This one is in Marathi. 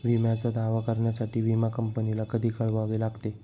विम्याचा दावा करण्यासाठी विमा कंपनीला कधी कळवावे लागते?